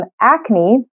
acne